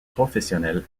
professionnelle